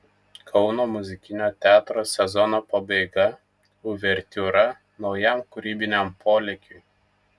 kauno muzikinio teatro sezono pabaiga uvertiūra naujam kūrybiniam polėkiui